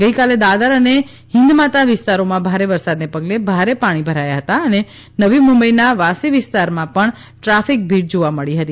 ગઈકાલે દાદર અને હિંદમાતા વિસ્તારોમાં ભારે વરસાદને પગલે ભારે પાણી ભરાયા હતા અને નવી મુંબઈના વાશી વિસ્તારમાં પણ ટ્રાફિક ભીડ જોવા મળી હતી